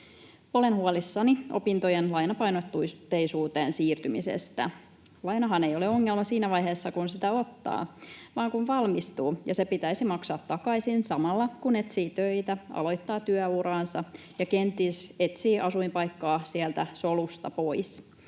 Olen huolissani opintojen lainapainotteisuuteen siirtymisestä. Lainahan ei ole ongelma siinä vaiheessa, kun sitä ottaa, vaan kun valmistuu ja se pitäisi maksaa takaisin samalla, kun etsii töitä, aloittaa työuraansa ja kenties etsii asuinpaikkaa sieltä solusta pois.